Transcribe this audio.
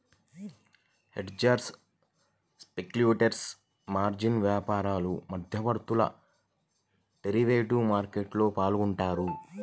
hedgers, speculators, margin వ్యాపారులు, మధ్యవర్తులు derivative మార్కెట్లో పాల్గొంటారు